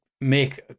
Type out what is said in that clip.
make